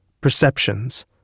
perceptions